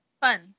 Fun